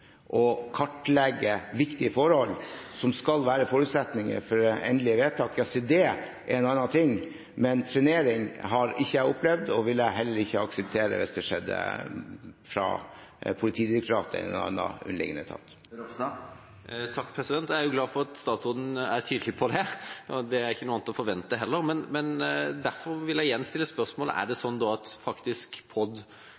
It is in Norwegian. å kartlegge viktige forhold som skal være forutsetninger for det endelige vedtaket. Se, det er en annen ting, men trenering har ikke jeg opplevd, og det ville jeg heller ikke akseptert hvis det skjedde fra Politidirektoratet eller en annen underliggende etat. Jeg er glad for at statsråden er tydelig på det, og det er heller ikke noe annet å forvente, men derfor vil jeg igjen stille spørsmålet: Er det